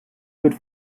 führt